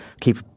keep